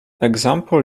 example